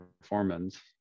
performance